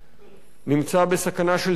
נמצא בסכנה של סגירה,